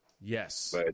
Yes